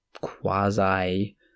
quasi